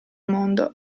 mondo